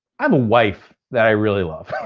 i have a wife, that i really love.